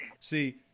See